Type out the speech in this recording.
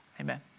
Amen